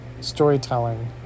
storytelling